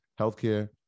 healthcare